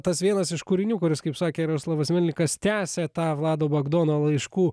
tas vienas iš kūrinių kuris kaip sakė jaroslavas melnikas tęsia tą vlado bagdono laiškų